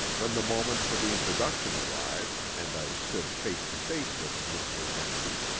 when the moment for the introduction arrived, and i stood face to face with miss magendie,